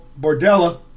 Bordella